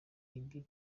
ibi